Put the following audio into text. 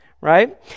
right